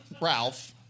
Ralph